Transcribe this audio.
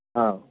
हां